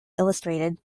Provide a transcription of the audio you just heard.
illustrated